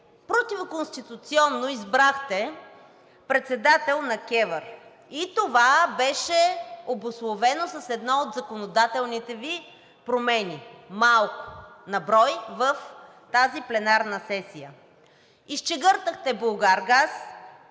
противоконституционно избрахте председател на КЕВР и това беше обусловено с едно от законодателните Ви промени, малко на брой в тази пленарна сесия. Изчегъртахте „Булгаргаз“,